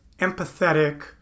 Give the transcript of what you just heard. empathetic